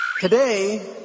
Today